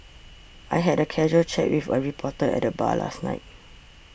I had a casual chat with a reporter at the bar last night